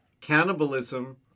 cannibalism